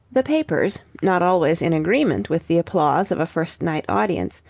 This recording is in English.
the papers, not always in agreement with the applause of a first-night audience,